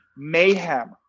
Mayhem